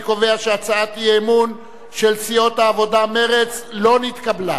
אני קובע שהצעת האי-אמון של סיעות העבודה ומרצ לא נתקבלה.